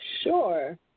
Sure